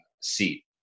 seat